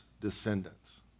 descendants